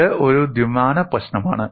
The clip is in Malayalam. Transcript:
ഇത് ഒരു ദ്വിമാന പ്രശ്നമാണ്